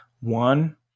one